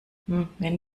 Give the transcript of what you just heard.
wenn